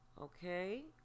Okay